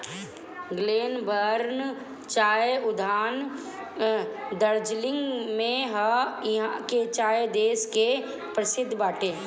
Glenburn चाय उद्यान दार्जलिंग में हअ इहा के चाय देश के परशिद्ध बाटे